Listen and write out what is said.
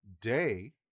day